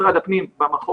משרד הפנים במחוז,